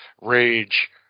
rage